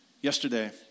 yesterday